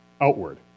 outward